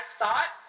thought